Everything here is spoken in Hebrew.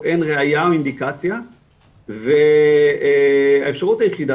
או אין ראיה או אינדיקציה והאפשרות היחידה,